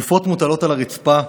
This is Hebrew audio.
גופות מוטלות על הרצפה,